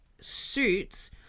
suits